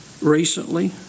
recently